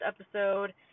episode